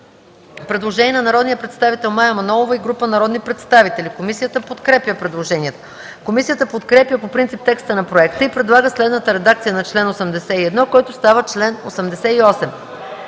предложение на народния представител Мая Манолова и група народни представители. Комисията подкрепя по принцип предложението. Комисията подкрепя по принцип текста на проекта и предлага следната редакция на чл. 83, който става чл.